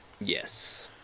Yes